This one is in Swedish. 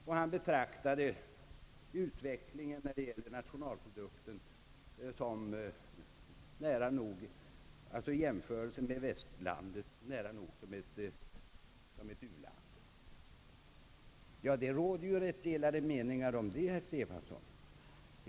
I fråga om nationalproduktens utveckling betraktade han Sverige nära nog som ett u-land i jämförelse med västerlandet i övrigt. Det råder delade meningar om det, herr Stefanson.